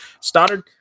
Stoddard